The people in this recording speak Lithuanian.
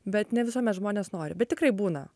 bet ne visuomet žmonės nori bet tikrai būna